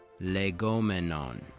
legomenon